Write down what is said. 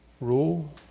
rule